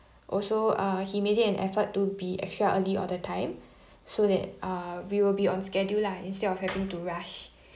also uh he made it an effort to be extra early all the time so that uh we will be on schedule lah instead of having to rush